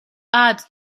add